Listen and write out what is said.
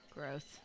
Gross